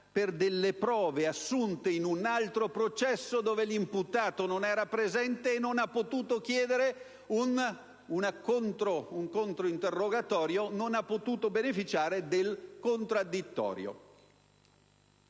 per delle prove assunte in un altro processo, dove l'imputato non era presente e non ha potuto chiedere un controinterrogatorio e non ha potuto beneficiare del contraddittorio.